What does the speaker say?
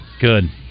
Good